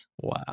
Wow